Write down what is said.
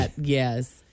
Yes